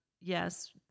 yes